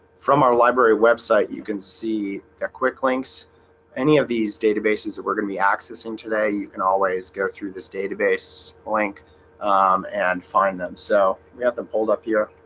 from our library website you can see their quick links any of these databases that we're going to be accessing today you can always go through this database link and find them so we have them pulled up here